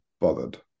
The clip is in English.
bothered